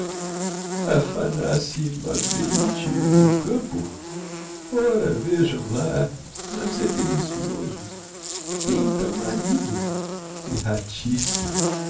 no campo ora vejam lá mas é delicioso tem então marido que ratice existe